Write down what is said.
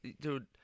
dude